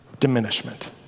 diminishment